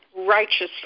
righteously